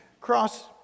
cross